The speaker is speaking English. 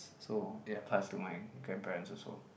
so ya passed to my grandparents also